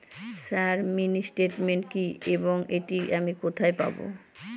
Sir mini statement কি এবং এটি আমি কোথায় পাবো?